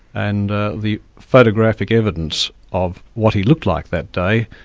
and the photographic evidence of what he looked like that day,